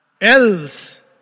Else